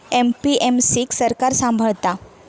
APMC क सरकार सांभाळता